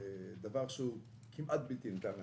נשמע דבר שהוא כמעט בלתי ניתן להשגה,